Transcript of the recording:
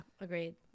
agreed